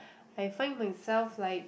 I find myself like